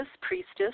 Priestess